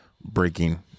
breaking